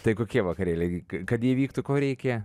tai kokie vakarėliai kad įvyktų ko reikia